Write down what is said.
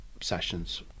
sessions